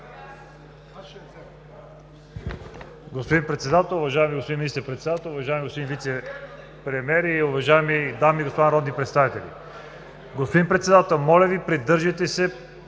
Господин Председател, уважаеми господин Министър-председател, уважаеми господин Вицепремиер, уважаеми дами и господа народни представители! Господин Председател, моля Ви, придържайте се